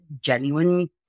genuine